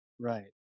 right